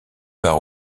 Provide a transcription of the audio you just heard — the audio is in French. part